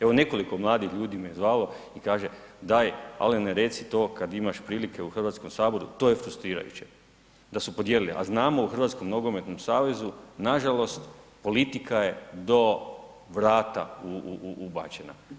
Evo nekoliko mladih ljudi me zvalo i kaže daj Alene, reci to kad imaš prilike u Hrvatskom saboru, to je frustrirajuće da su podijelili a znamo u HNS-u nažalost politika je do vrata ubačena.